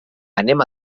anem